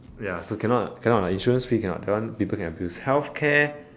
ya so cannot cannot lah insurance free cannot that one people can abuse healthcare